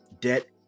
debt